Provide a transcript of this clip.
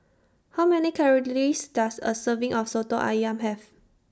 How Many Calories Does A Serving of Soto Ayam Have